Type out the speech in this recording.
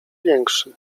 większy